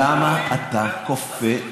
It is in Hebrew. למה אתה כופה עליי,